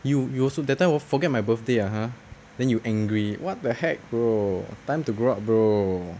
you you also that time will forget my birthday ah !huh! then you angry what the heck bro time to grow up bro